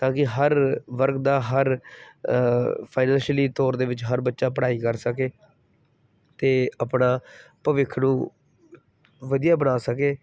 ਤਾਂ ਕਿ ਹਰ ਵਰਗ ਦਾ ਹਰ ਫਾਈਨੈਸ਼ਲੀ ਤੌਰ ਦੇ ਵਿੱਚ ਹਰ ਬੱਚਾ ਪੜ੍ਹਾਈ ਕਰ ਸਕੇ ਅਤੇ ਆਪਣਾ ਭਵਿੱਖ ਨੂੰ ਵਧੀਆ ਬਣਾ ਸਕੇ